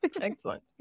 Excellent